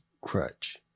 crutch